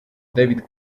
david